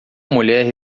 mulher